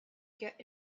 get